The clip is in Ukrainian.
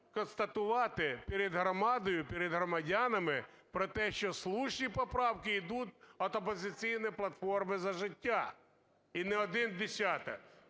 констатувати перед громадою, перед громадянами про те, що слушні поправки ідуть від "Опозиційної платформи – За життя", і не один десяток.